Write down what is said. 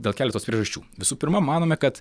dėl keletos priežasčių visų pirma manome kad